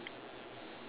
ya sure